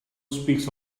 speaks